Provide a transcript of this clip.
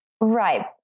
Right